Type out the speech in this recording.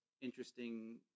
interesting